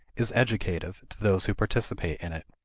is educative to those who participate in it.